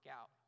out